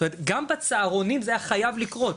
זאת אומרת גם בצהרונים זה היה חייב לקרות,